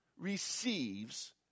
receives